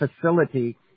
facility